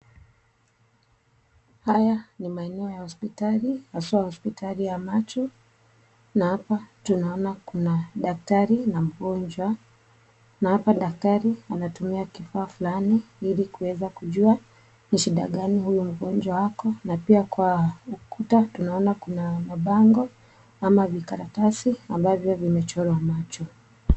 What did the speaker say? Haya ni maeneo ya hospitali haswa hospitali ya macho na hapa tunaona kuna daktari na mgonjwa na hapa daktari anatumia kifaa fulani ili kuweza kujua ni shida gani huyu mgonjwa ako na pia kwa ukuta tunaona kuna mabango ama vikaratasi ambavyo vimechorwa macho.